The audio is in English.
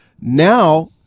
now